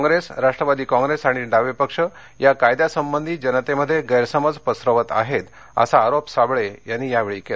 काँप्रेस राष्ट्रवादी काँप्रेस आणि डावे पक्ष या कायद्यासंबंधी जनतेमध्ये गैरसमज पसरवत आहेत असा आरोप साबळे यांनी यावेळी केला